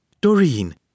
Doreen